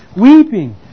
weeping